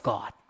God